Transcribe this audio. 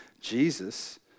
jesus